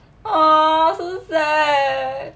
oh so sad